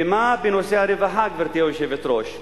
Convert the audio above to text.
ומה בנושא הרווחה, גברתי היושבת-ראש?